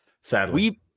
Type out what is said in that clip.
Sadly